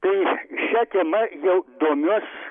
tai šia tema jau domiuos